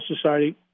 Society